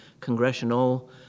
congressional